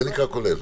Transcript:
זה נקרא כולל.